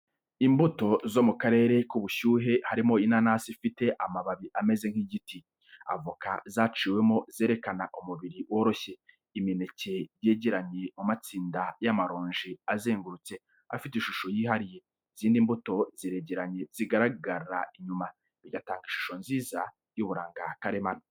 Imbuto zo mu karere k’ubushyuhe, harimo inanasi ifite amababi ameze nk’igiti, avoka zaciwemo zerekana umubiri woroshye, imineke yegeranye mu matsinda n'amaronji azengurutse afite ishusho yihariye. Izindi mbuto zegeranye zigaragara inyuma, bigatanga ishusho nziza n’uburanga karemano.